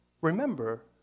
Remember